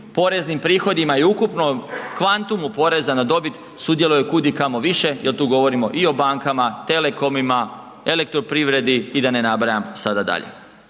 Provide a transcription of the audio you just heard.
poreznim prihodima i ukupnom kvantumu poreza na dobit, sudjeluju kudikamo više jer tu govorimo i bankama, telekomima, elektroprivredi i da ne nabrajam sada dalje.